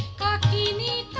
da da